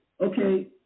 Okay